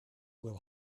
will